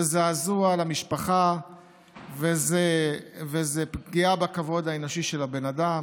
זעזוע למשפחה וזו פגיעה בכבוד האנושי של האדם,